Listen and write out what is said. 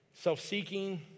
self-seeking